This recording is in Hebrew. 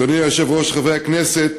אדוני היושב-ראש, חברי הכנסת,